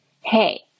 Hey